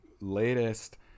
latest